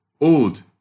old